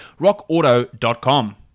rockauto.com